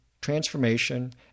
transformation